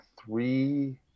three